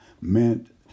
meant